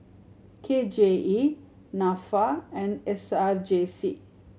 K J E Nafa and S R J C